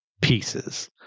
pieces